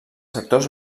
sectors